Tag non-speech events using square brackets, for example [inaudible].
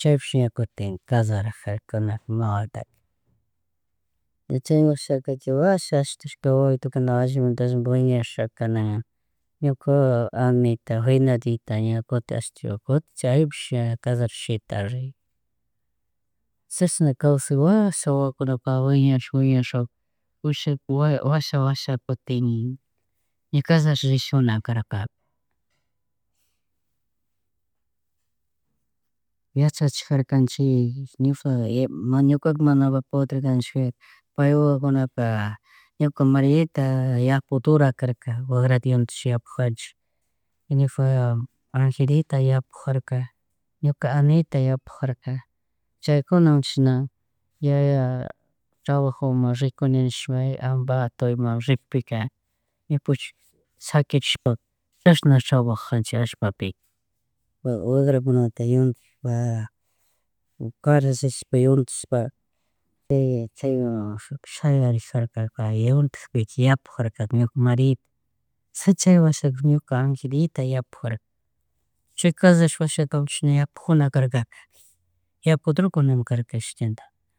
chaypish, cutik ña callarjurkuna ima wata, ña [unintelligible] chay wasa [noise] wawitukuhaka na alimanta allimanta wiñarishaka, ñukala Anita finadita ña kutin ashta, kutin chaypish ña cashrarash shitarin. Chashna kawsahak washa wawakuna [noise] wiñarish winarishaka [noise] [unintelligible] washa, washa kutin ña kasharash rishkuna karka. Yachachik karkanchik ñuka, [hesitation] mana, ñukaka mana podercanchik pero pay wawakunaka [noise] ñuka Mareita yapudurakarka, wagrata yuntashpa yapujanchik, ñuka Angelita yapujarka, ñuka Anita yapujarkam, chaykuawan chishan yaya, trabajumun rikuni nishpa Ambato ima rickpika ñukanachik shaquirishpaka chashna trabjandchik allpapika, wagrakunata yuntashpa [noise] karashrishpa yuntashpa. Chaywan shayarijarkaka yuntakpika yapujarkani ñuka Marita, chay washaka ñuka Angelita yapujarka, chayka callarashpa washaka chishna wapujuna karka, [noise] yapudurmikarka. [unintelligible]